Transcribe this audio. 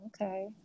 okay